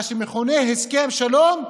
מה שמכונה הסכם שלום,